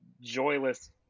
joyless